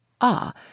Ah